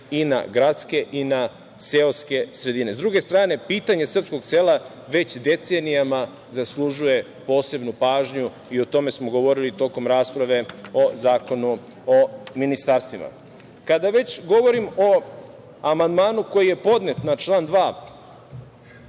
i na gradske i na seoske sredine. S druge strane, pitanje srpskog sela već decenijama zaslužuje posebnu pažnju i o tome smo govorili tokom rasprave o Zakonu o ministarstvima. Kada već govorim o amandmanu koji je podnet na član 2.